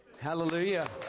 Hallelujah